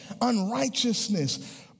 unrighteousness